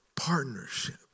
partnership